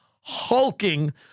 hulking